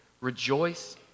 rejoice